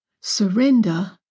Surrender